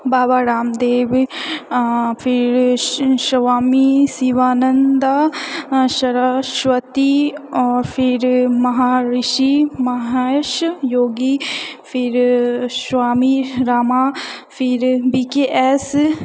बाबा रामदेव फिर स्वामी शिवानन्द सरस्वती आओर फिर महर्षि महर्षि योगी फिर स्वामी रामा फिर बी के एस